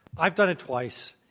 i've done it twice.